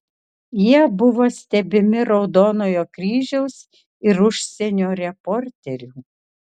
jie buvo stebimi raudonojo kryžiaus ir užsienio reporterių